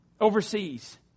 overseas